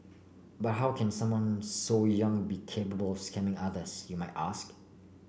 but how can someone so young be capable scamming others you might ask